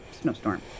snowstorm